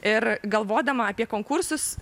ir galvodama apie konkursus